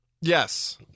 Yes